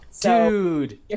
Dude